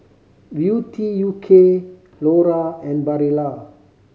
Beauty U K Lora and Barilla